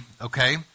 okay